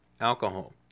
alcohol